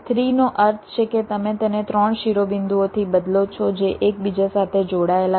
3 નો અર્થ છે કે તમે તેને 3 શિરોબિંદુઓથી બદલો છો જે એકબીજા સાથે જોડાયેલા છે